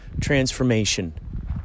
Transformation